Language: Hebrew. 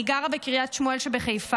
אני גרה בקריית שמואל שבחיפה,